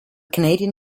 canadian